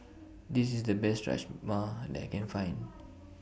This IS The Best Rajma that I Can Find